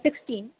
sixteen